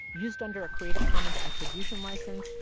used under a creative commons attribution license,